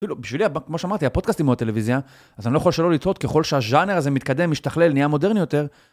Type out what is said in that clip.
אפילו בשבילי, כמו שאמרתי, הפודקאסט היא מאוד טלוויזיה, אז אני לא יכול שלא לטעות ככל שהז'אנר הזה מתקדם, משתכלל, נהיה מודרני יותר.